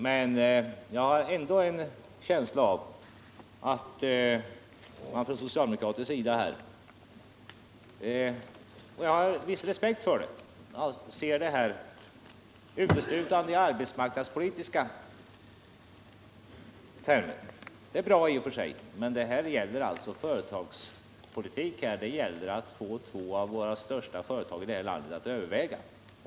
Men jag har ändå en känsla av att ni på socialdemokratisk sida — och jag har en viss respekt för det — ser detta uteslutande i arbetsmarknadspolitiska termer. Det är bra i och för sig, men här gäller det alltså företagspolitik. Det gäller att få två av våra största företag här i landet att överleva.